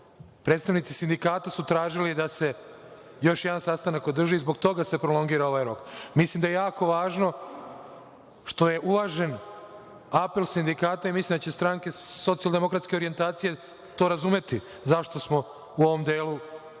Predstavnici sindikata su tražili da se još jedan sastanak održi i zbog toga se prolongira ovaj rok. Mislim da je jako važno što je uvažen apel sindikata i mislim da će stranke socijaldemokratske orijentacije to razumeti zašto smo u ovom delu napravili